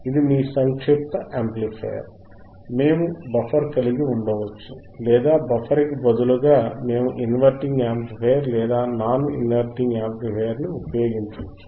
ఇది మీ సంక్షిప్త యాంప్లిఫయర్ మేము బఫర్ కలిగి ఉండవచ్చు లేదా బఫర్ కి బదులుగా మేము ఇంవర్టింగ్ యాంప్లిఫయర్ లేదా నాన్ ఇన్వర్టింగ్ యాంప్లిఫయర్ ని ఉపయోగించవచ్చు